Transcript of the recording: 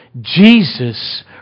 Jesus